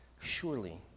surely